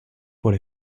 por